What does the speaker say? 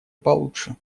получше